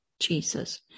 Jesus